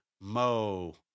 Mo